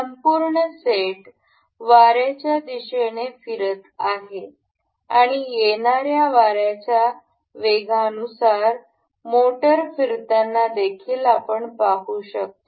संपूर्ण सेट वाऱ्याच्या दिशेने फिरत आहे आणि येणाऱ्या वाऱ्यांच्या वेगानुसार मोटर फिरताना देखील आपण पाहू शकतो